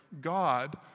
God